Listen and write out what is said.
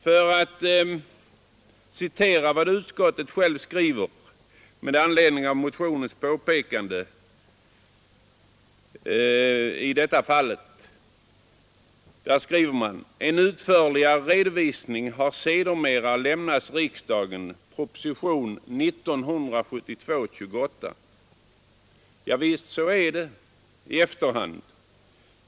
Jag vill citera vad utskottet skriver med anledning av motionens påpekande: ”En utförligare redovisning har sedermera lämnats riksdagen .” Ja visst, så är det. Redovisning har lämnats i efterhand.